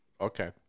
Okay